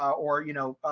or, you know,